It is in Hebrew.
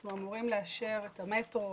אנחנו אמורים לאשר את המטרו,